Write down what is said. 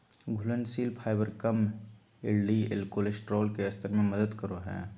घुलनशील फाइबर कम LDL cholesterol के स्तर में मदद करो हइ